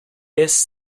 jest